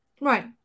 Right